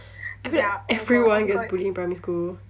actually everyone gets bullied in primary school